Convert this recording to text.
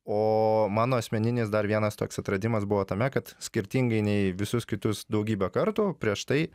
o mano asmeninis dar vienas toks atradimas buvo tame kad skirtingai nei visus kitus daugybę kartų prieš tai